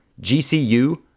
GCU